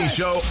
show